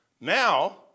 Now